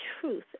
truth